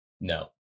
no